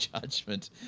judgment